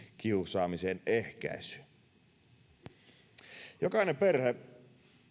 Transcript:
kiusaamisen ehkäisyyn jokainen perhe